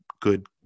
good